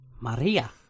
Maria